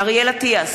אריאל אטיאס,